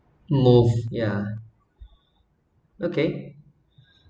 move ya okay